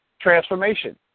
Transformation